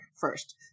first